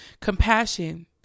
Compassion